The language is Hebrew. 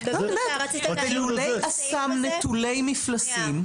יש לולי אסם נטולי מפלסים.